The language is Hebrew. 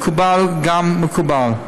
מקובלת גם מקובלת.